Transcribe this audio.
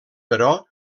però